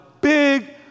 big